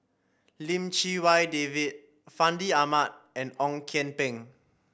Lim Chee Wai David Fandi Ahmad and Ong Kian Peng